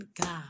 god